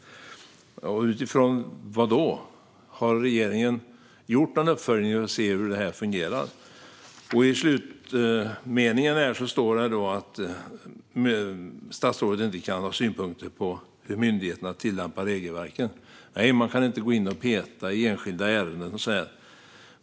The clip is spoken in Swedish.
Utifrån vad gör man det? Har regeringen gjort någon uppföljning för att se hur det här fungerar? I slutet sa statsrådet att han inte kan ha synpunkter på hur myndigheter tillämpar regelverken. Nej, man kan inte gå in och peta i enskilda ärenden.